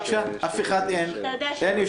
אתה יודע שאני יכולה.